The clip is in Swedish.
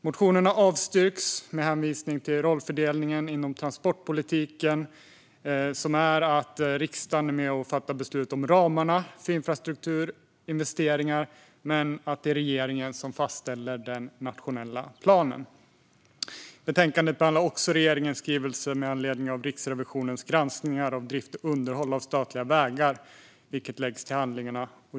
Motionsförslagen har avstyrkts med hänvisning till rollfördelningen inom transportpolitiken, som innebär att riksdagen är med och fattar beslut om ramarna för infrastrukturinvesteringar medan regeringen fastställer den nationella planen. Betänkandet behandlar också regeringens skrivelse med anledning av Riksrevisionens granskningar av drift och underhåll av statliga vägar, vilken läggs till handlingarna.